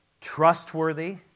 trustworthy